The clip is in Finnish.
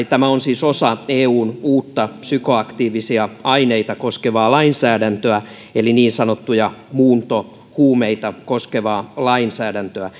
tämä esitys on siis osa eun uutta psykoaktiivisia aineita koskevaa lainsäädäntöä eli niin sanottuja muuntohuumeita koskevaa lainsäädäntöä